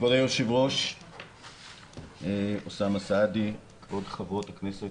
היושב ראש אוסאמה סעדי, כבוד חברות הכנסת,